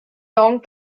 long